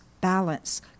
balance